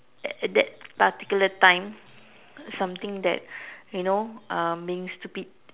that at that particular time something that you know um being stupid